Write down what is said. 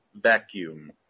vacuum